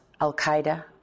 al-Qaeda